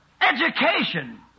education